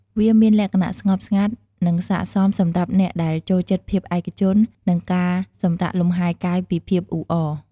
វាមានលក្ខណៈស្ងប់ស្ងាត់ និងស័ក្តិសមសម្រាប់អ្នកដែលចូលចិត្តភាពឯកជន និងការសម្រាកលម្ហែកាយពីភាពអ៊ូអរ។